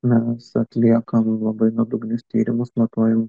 mes atliekam labai nuodugnius tyrimus matuojam